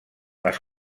les